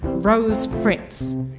rose fritz.